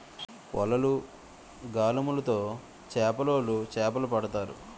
వలలు, గాలములు తో చేపలోలు చేపలు పడతారు